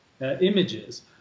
images